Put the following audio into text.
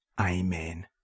Amen